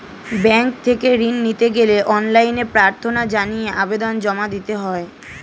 bank থেকে ঋণ নিতে গেলে অনলাইনে প্রার্থনা জানিয়ে আবেদন জমা দিতে হয়